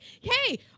hey